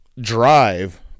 drive